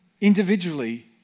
individually